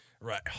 Right